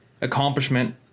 accomplishment